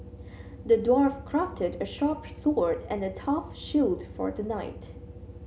the dwarf crafted a sharp sword and a tough shield for the knight